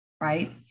right